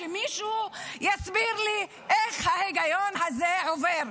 שמישהו יסביר לי איך ההיגיון הזה עובר.